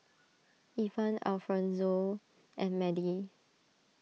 Evan Alfonzo and Madie